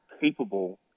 capable